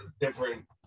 different